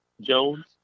Jones